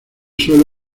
suelo